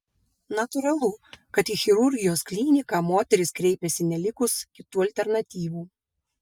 natūralu kad į chirurgijos kliniką moterys kreipiasi nelikus kitų alternatyvų